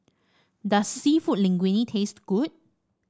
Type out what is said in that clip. does seafood Linguine taste good